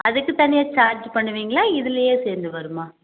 அதுக்கு தனியாக சார்ஜ் பண்ணுவிங்களா இதுலேயே சேர்ந்து வருமா